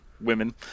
women